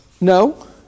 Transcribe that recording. No